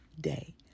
day